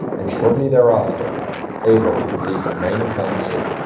and shortly thereafter evert would lead the main offensive,